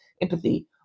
empathy